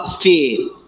fear